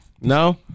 No